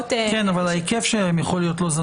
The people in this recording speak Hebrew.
אבל ההיקף שלהם יכול להיות לא זניח.